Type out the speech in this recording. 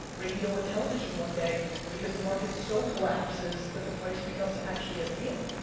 radio, and television one day because the market's so collapses that the price becomes actually a deal.